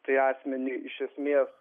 tai asmeniui iš esmės